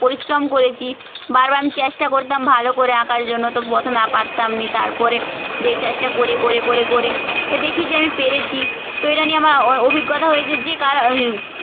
পরিশ্রম করেছি বারবার আমি চেষ্টা করতাম ভালো করে আঁকার জন্য তো প্রথমে পারতাম না তারপরে দে চেষ্টা করে করে করে করে এ দেখি যে আমি পেরেছি তো এটা নিয়ে আমার অভিজ্ঞতা হয়েছে যে কারো